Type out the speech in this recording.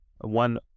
One